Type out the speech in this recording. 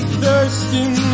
thirsting